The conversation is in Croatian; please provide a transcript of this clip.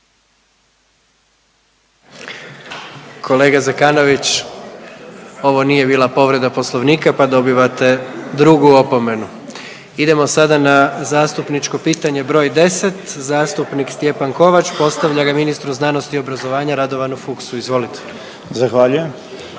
Kolega Zekanović, ovo nije bila povreda Poslovnika pa dobivate drugu opomenu. **Jandroković, Gordan (HDZ)** Idemo sada na zastupničko pitanje broj 10, zastupnik Stjepan Kovač postavlja ga ministru znanosti i obrazovanja Radovanu Fuchsu, izvolite. **Kovač,